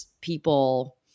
people